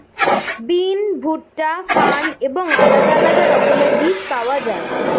বিন, ভুট্টা, ফার্ন এবং আলাদা আলাদা রকমের বীজ পাওয়া যায়